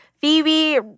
Phoebe